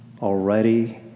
Already